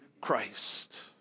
Christ